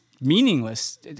meaningless